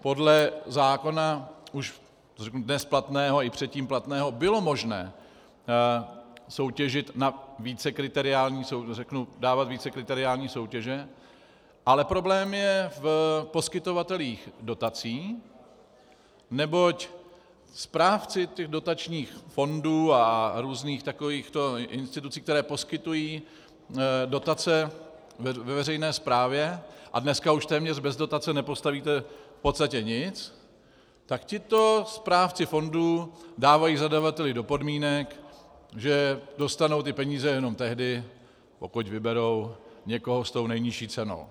Podle zákona už dnes platného i předtím platného bylo možné soutěžit na vícekriteriální dávat vícekriteriální soutěže, ale problém je v poskytovatelích dotací, neboť správci dotačních fondů a různých takovýchto institucí, které poskytují dotace veřejné správě, a dneska už téměř bez dotace nepostavíte v podstatě nic, tak tito správci fondů dávají zadavateli do podmínek, že dostanou ty peníze jenom tehdy, pokud vyberou někoho s tou nejnižší cenou.